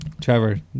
trevor